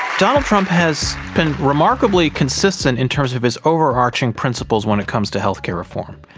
donald trump has been remarkably consistent in terms of his overarching principles when it comes to healthcare reform.